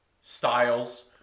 styles